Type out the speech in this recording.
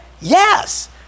Yes